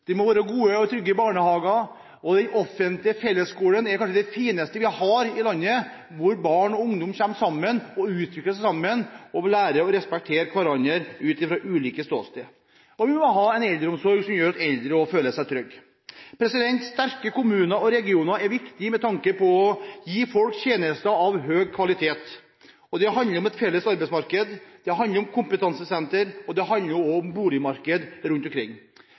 må være gode og trygge barnehager. Den offentlige fellesskolen er kanskje det fineste vi har i landet, hvor barn og ungdom kommer sammen og utvikler seg sammen, og lærer å respektere hverandre ut ifra ulike ståsted. Vi må ha en eldreomsorg som gjør at eldre også føler seg trygge. Sterke kommuner og regioner er viktig med tanke på å gi folk tjenester av høy kvalitet. Det handler om et felles arbeidsmarked, det handler om kompetansesentre, og det handler også om boligmarkedet rundt omkring.